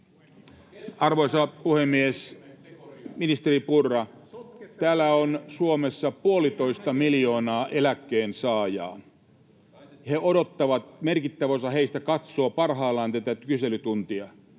Arvoisa puhemies! Ministeri Purra, täällä Suomessa on puolitoista miljoonaa eläkkeensaajaa. He odottavat. Merkittävä osa heistä katsoo parhaillaan tätä kyselytuntia,